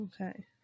Okay